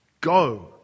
Go